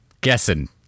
guessing